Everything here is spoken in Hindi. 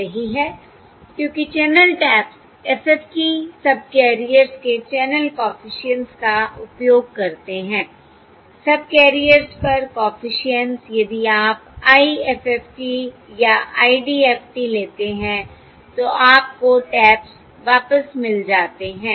सही है क्योंकि चैनल टैप्स FFT सबकैरियर्स के चैनल कॉफिशिएंट्स का उपयोग करते हैं सबकैरियर्स पर कॉफिशिएंट्स यदि आप IFFT या IDFT लेते हैं तो आपको टैप्स वापस मिल जाते हैं